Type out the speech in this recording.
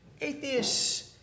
Atheists